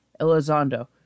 Elizondo